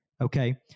Okay